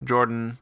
Jordan